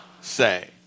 say